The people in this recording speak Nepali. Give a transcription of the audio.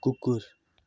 कुकुर